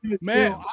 Man